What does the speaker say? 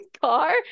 car